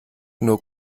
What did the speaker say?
nur